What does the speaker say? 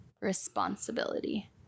responsibility